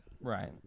right